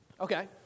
Okay